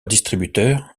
distributeur